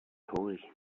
holy